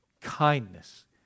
kindness